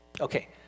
Okay